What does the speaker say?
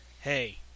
hey